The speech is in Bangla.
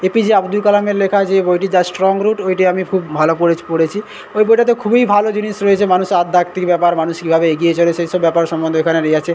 এপিজে আবদুল কালামের লেখা যে বইটি দ্য স্ট্রং রুট ওইটি আমি খুব ভালো করেছ্ পড়েছি ওই বইটাতে খুবই ভালো জিনিস রয়েছে মানুষে আধ্যাত্মিক ব্যাপার মানুষ কীভাবে এগিয়ে চলে সেই সব ব্যাপার সম্বন্ধে ওখানে দেওয়া আছে